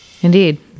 indeed